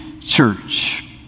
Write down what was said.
church